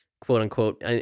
quote-unquote